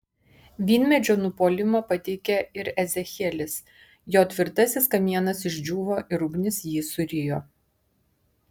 vynmedžio nupuolimą pateikia ir ezechielis jo tvirtasis kamienas išdžiūvo ir ugnis jį surijo